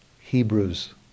Hebrews